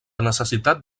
necessitat